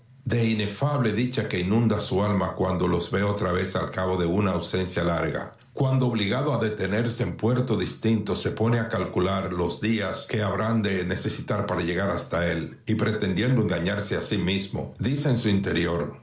de inefable dicha que inunda su alma cuando los ve otra vez al cabo de una ausencia larga cuando obligado a detenerse en puerto distinto se pone a calcular los días que habrán de necesitar para llegar hasta él y pretendiendo engañarse a sí mismo dice en su interior